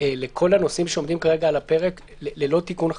לכל הנושאים שעומדים כרגע על הפרק ללא תיקון חקיקה?